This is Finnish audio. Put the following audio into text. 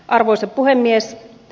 arvoisa puhemies